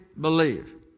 believe